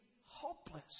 hopeless